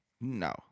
No